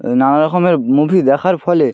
এই নানা রকমের মুভি দেখার ফলে